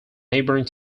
neighboring